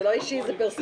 זה לא אישי זה פרסונלי.